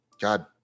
god